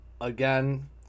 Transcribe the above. again